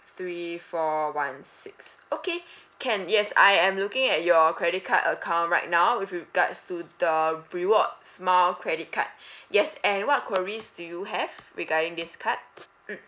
three four one six okay can yes I am looking at your credit card account right now with regards to the rewards mile credit card yes and what queries do you have regarding this card mm